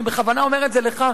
אני בכוונה אומר את זה לך,